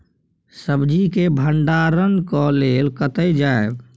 सब्जी के भंडारणक लेल कतय जायब?